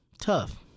tough